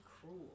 cruel